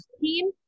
team